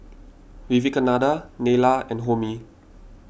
Vivekananda Neila and Homi